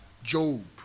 Job